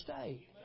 stay